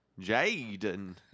Jaden